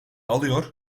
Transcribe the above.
alıyor